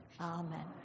Amen